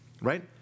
right